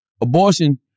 abortion